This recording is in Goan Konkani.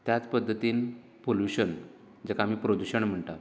त्याच पद्दतीन पोल्युशन जेका आमी प्रदुशण म्हण्टात